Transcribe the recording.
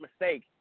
mistake